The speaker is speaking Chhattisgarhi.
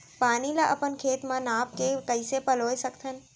पानी ला अपन खेत म नाप के कइसे पलोय सकथन?